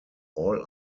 all